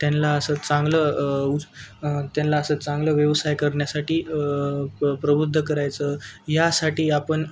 त्यांना असं चांगलं उ त्यांना असं चांगलं व्यवसाय करण्यासाठी प प्रबुद्ध करायचं यासाठी आपण